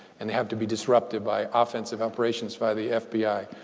and have to be disrupted by offensive operations by the fbi.